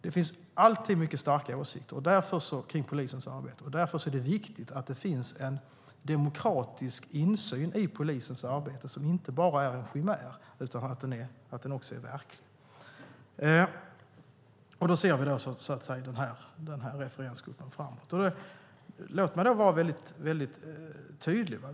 Det finns starka åsikter om polisens arbete, och därför är det viktigt med demokratisk insyn i det arbetet, en insyn som inte bara är en chimär utan verklig. Vi ser således fram emot referensgruppen. Låt mig vara väldigt tydlig.